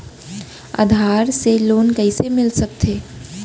आधार से लोन कइसे मिलिस सकथे?